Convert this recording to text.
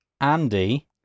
Andy